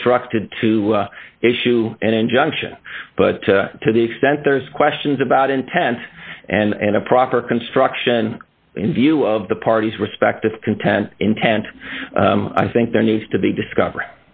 instructed to issue an injunction but to the extent there's questions about intent and a proper construction in view of the parties respective content intent i think there needs to be discover